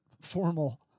formal